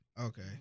Okay